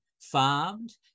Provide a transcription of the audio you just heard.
farmed